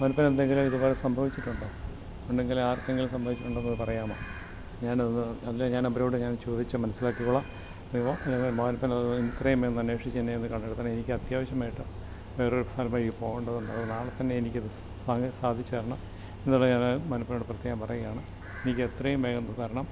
മോനപ്പന് എന്തെങ്കിലും ഇതുപോലെ സംഭവിച്ചിട്ടുണ്ടോ ഉണ്ടെങ്കിൽ ആർക്കെങ്കിലും സംഭവിച്ചിട്ടുണ്ടോന്നു ഒന്ന് പറയാമോ ഞാൻ അതൊന്നു അതിനെ ഞാൻ അവരോട് ഞാൻ ചോദിച്ചു മനസിലാക്കി കൊള്ളാം കൊള്ളാം മോനപ്പന് എത്രയും വേഗം തന്നെ കണ്ടെത്തണം എനിക്കത്യാവശ്യമായിട്ട് വേറൊരു സ്ഥലത്തേക്ക് പോകേണ്ടതുണ്ട് അതുകൊണ്ട് നാളെ തന്നെ എനിക്കത് സ സാധിച്ചു തരണം എന്നുള്ളത് ഞാൻ മോനപ്പനോട് പ്രത്യേകം പറയുകയാണ് എനിക്ക് എത്രയും വേഗം തരണം